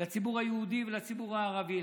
לציבור היהודי ולציבור הערבי,